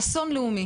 אסון לאומי